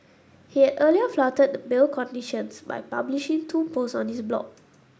he had earlier flouted bail conditions by publishing two posts on his blog